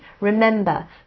Remember